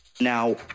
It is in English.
Now